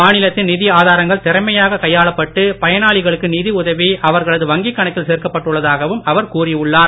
மாநிலத்தின் நிதி ஆதாரங்கள் திறமையாக கையாளப்பட்டு பயனாளிகளுக்கு நிதி உதவி அவர்களது வங்கி கணக்கில் சேர்க்கப்பட்டுள்ளதாகவும் அவர் கூறி உள்ளார்